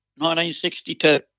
1962